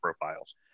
profiles